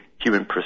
human